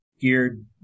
geared